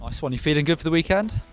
nice one. you feeling good for the weekend?